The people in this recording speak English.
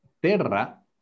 terra